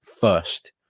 first